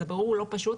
אז הבירור לא פשוט